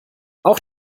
auch